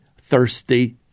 thirsty